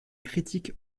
critique